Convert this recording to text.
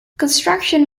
construction